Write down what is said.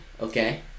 Okay